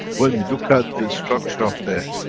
when we look at the structure of the,